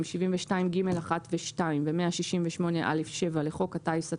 72(ג)(1) ו-(2) ו-168(א)(7) לחוק הטיס,